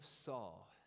Saul